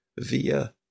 via